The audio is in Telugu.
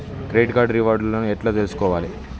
క్రెడిట్ కార్డు రివార్డ్ లను ఎట్ల తెలుసుకోవాలే?